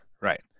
Right